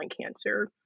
cancer